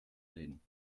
reden